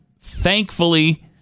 thankfully